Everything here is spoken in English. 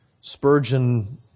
Spurgeon